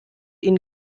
ihn